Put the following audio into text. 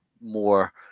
more